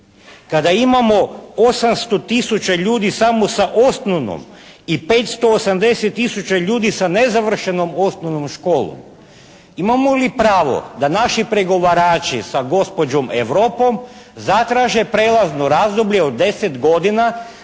kada imamo 800 000 ljudi samo sa osnovnom i 580 000 ljudi sa nezavršenom osnovnom školom imamo li pravo da naši pregovarači sa gospođom Europom zatraže prelazno razdoblje od 10 godina